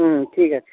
হুম ঠিক আছে